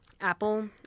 Apple